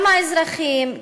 גם האזרחים,